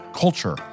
culture